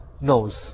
knows